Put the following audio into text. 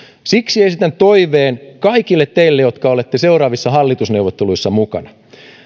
siksi esitän toiveen kaikille teille jotka olette seuraavissa hallitusneuvotteluissa mukana